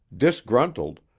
disgruntled,